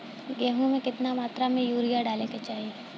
गेहूँ में केतना मात्रा में यूरिया डाले के चाही?